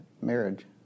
marriage